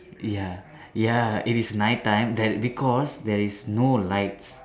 ya ya it is night time there because there is no lights